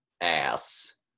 ass